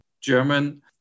German